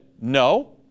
No